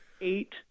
eight